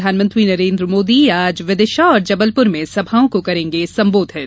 प्रधानमंत्री नरेन्द्र मोदी आज विदिशा और जबलपुर में सभाओं को करेंगे संबोधित